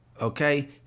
okay